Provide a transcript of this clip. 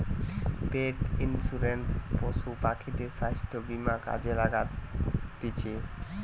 পেট insurance পশু পাখিদের স্বাস্থ্য বীমা কাজে লাগতিছে